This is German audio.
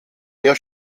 der